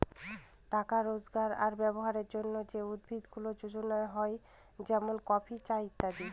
টাকা রোজগার আর ব্যবহারের জন্যে যে উদ্ভিদ গুলা যোগানো হয় যেমন কফি, চা ইত্যাদি